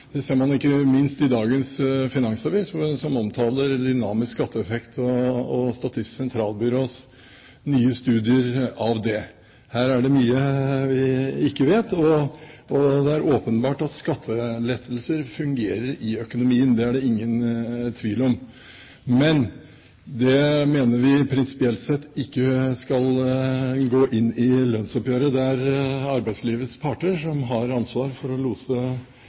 det ser man ikke minst i Finansavisen i dag, som omtaler dynamisk skatteeffekt og Statistisk sentralbyrås nye studier av det. Her er det mye vi ikke vet, og det er åpenbart at skattelettelser fungerer i økonomien. Det er det ingen tvil om. Men dette mener vi prinsipielt sett ikke skal gå inn i lønnsoppgjøret. Det er arbeidslivets parter som har ansvar for å lose